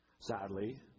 Sadly